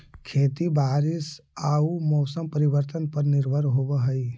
खेती बारिश आऊ मौसम परिवर्तन पर निर्भर होव हई